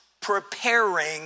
preparing